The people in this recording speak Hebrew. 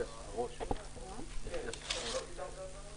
הישיבה ננעלה בשעה 10:00.